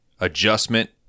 adjustment